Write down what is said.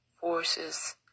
forces